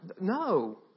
No